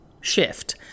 shift